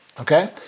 okay